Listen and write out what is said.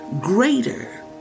greater